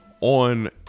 On